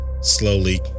slowly